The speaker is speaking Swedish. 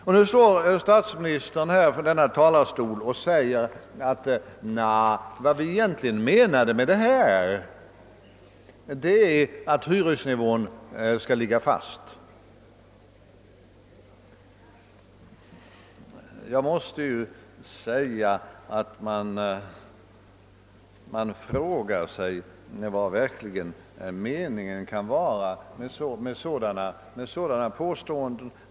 Och ändå står statsministern i denna talarstol och säger att vad man egentligen menar med det är att hyresnivån skall ligga fast. Vad kan meningen vara med sådana påståenden?